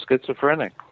schizophrenic